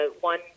one